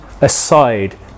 aside